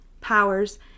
powers